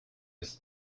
aussi